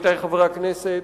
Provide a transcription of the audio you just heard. עמיתי חברי הכנסת,